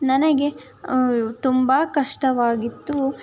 ನನಗೆ ತುಂಬ ಕಷ್ಟವಾಗಿತ್ತು